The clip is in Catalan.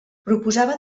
proposava